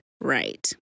right